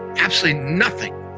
absolutely nothing.